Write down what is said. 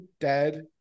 dead